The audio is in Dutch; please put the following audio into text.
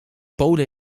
polen